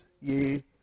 ye